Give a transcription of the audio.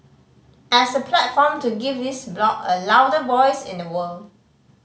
as a platform to give this bloc a louder voice in the world